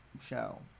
show